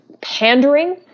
pandering